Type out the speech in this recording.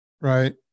Right